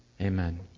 Amen